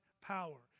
power